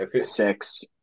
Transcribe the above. six